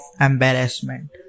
embarrassment